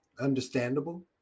Understandable